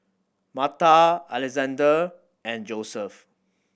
Marta Alexandre and Joseph